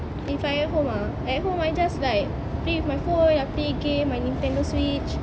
if I at home ah at home I just like play with my phone play with my game my Nintendo switch